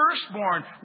firstborn